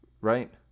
right